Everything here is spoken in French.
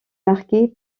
marqué